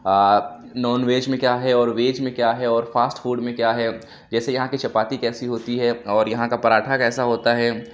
naan veg میں کیا ہے اور ویج میں کیا ہے اور فاسٹ فوڈ میں کیا ہے جیسے یہاں کی چپاتی کیسی ہوتی ہے اور یہاں کا پراٹھا کیسا ہوتا ہے